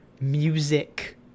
music